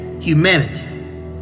humanity